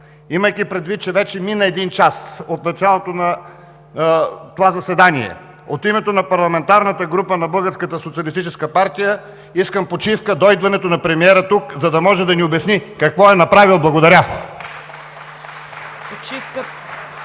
имайки предвид, че вече мина един час от началото на това заседание, от името на парламентарната група на Българската социалистическа партия искам почивка до идването на премиера тук, за да може да ни обясни какво е направил. Благодаря.